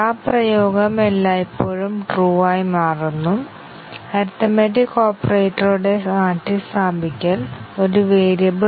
ഒരു പ്രായോഗിക പ്രോഗ്രാമിനായി ഞങ്ങൾ ശരിക്കും കവറേജ് അടിസ്ഥാനമാക്കിയുള്ള ടെസ്റ്റ് സ്യൂട്ടുകൾ രൂപകൽപ്പന ചെയ്യുന്നില്ല